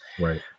Right